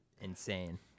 Insane